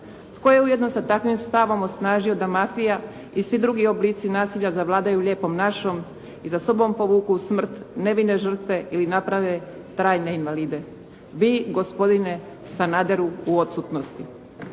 Tko je ujedno sa takvim stavom osnažio da mafija i svi drugi oblici nasilja zavladaju lijepom našom i za sobom povuku smrt nevine žrtve ili naprave trajne invalide? Vi gospodine Sanaderu u odsutnosti.